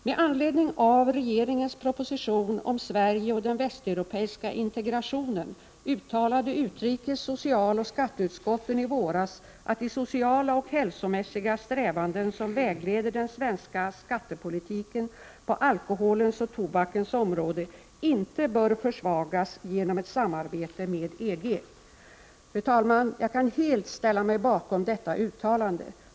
Med anledning av regeringens proposition om Sverige och den västeuropeiska integrationen uttalade utrikes-, socialoch skatteutskotten i våras att de sociala och hälsomässiga strävanden som vägleder den svenska skattepolitiken på alkoholens och tobakens område inte bör försvagas genom ett samarbete med EG. Fru talman! Jag kan helt ställa mig bakom detta uttalande.